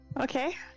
Okay